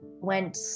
went